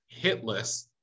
hitless